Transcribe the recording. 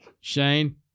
Shane